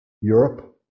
Europe